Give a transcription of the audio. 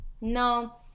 no